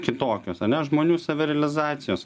kitokios ane žmonių savirealizacijos